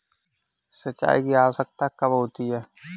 सिंचाई की आवश्यकता कब होती है?